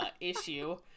issue